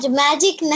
magic